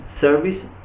service